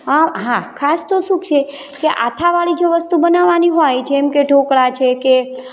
હા હા ખાસ તો શું છે કે આથાવાળી જો વસ્તુ બનાવવાની હોય જેમકે ઢોકળા છે કે